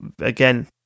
again